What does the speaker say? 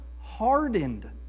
hardened